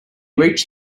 reached